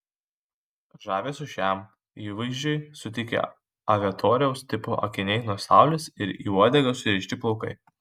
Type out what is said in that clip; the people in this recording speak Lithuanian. žavesio šiam įvaizdžiui suteikė aviatoriaus tipo akiniai nuo saulės ir į uodegą surišti plaukai